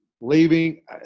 leaving